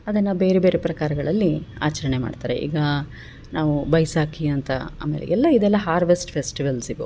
ಅದನ್ನು ಬೇರೆ ಬೇರೆ ಪ್ರಕಾರಗಳಲ್ಲಿ ಆಚರಣೆ ಮಾಡ್ತಾರೆ ಈಗ ನಾವು ಬೈಸಾಕಿ ಅಂತ ಆಮೇಲೆ ಎಲ್ಲ ಇದೆಲ್ಲ ಹಾರ್ವೆಸ್ಟ್ ಫೆಸ್ಟಿವಲ್ಸ್ ಇವು